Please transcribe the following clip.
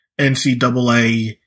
NCAA